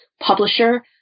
publisher